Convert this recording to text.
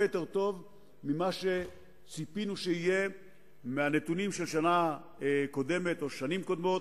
יותר טוב ממה שציפינו לפי הנתונים של שנים קודמות.